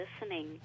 listening